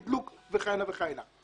תדלוק וכהנה וכהנה.